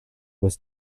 was